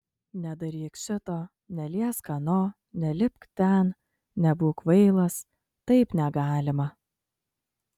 nedaryk šito neliesk ano nelipk ten nebūk kvailas taip negalima